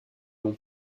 non